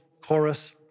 chorus